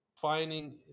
finding